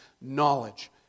knowledge